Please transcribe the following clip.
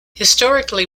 historically